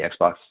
Xbox